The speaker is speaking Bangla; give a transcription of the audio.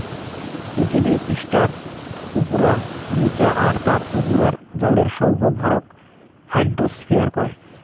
পিথীবি পিষ্ঠার উপুরা, নিচা আর তার উপুরার জলের সৌগ ভরক হাইড্রোস্ফিয়ার কয়